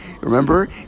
remember